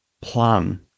plan